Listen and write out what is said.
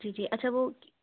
جی جی اچھا وہ